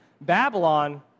Babylon